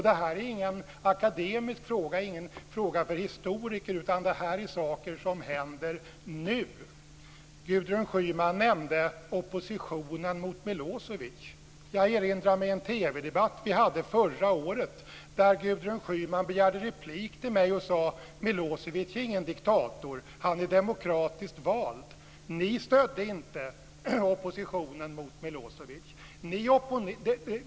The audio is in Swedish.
Det här är ingen akademisk fråga, ingen fråga för historiker, utan det är saker som händer nu. Gudrun Schyman nämnde oppositionen mot Milosevic. Jag erinrar mig en TV-debatt vi hade förra året där Gudrun Schyman begärde replik på mig och sade: Milosevic är ingen diktator, han är demokratiskt vald. Ni stödde inte oppositionen mot Milosevic.